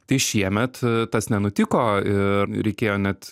tai šiemet a tas nenutiko ir reikėjo net